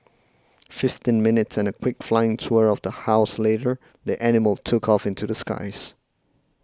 fifteen minutes and a quick flying tour of the house later the animal took off into the skies